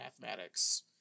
mathematics